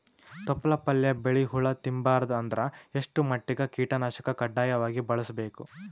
ತೊಪ್ಲ ಪಲ್ಯ ಬೆಳಿ ಹುಳ ತಿಂಬಾರದ ಅಂದ್ರ ಎಷ್ಟ ಮಟ್ಟಿಗ ಕೀಟನಾಶಕ ಕಡ್ಡಾಯವಾಗಿ ಬಳಸಬೇಕು?